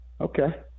okay